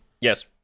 yes